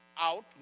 out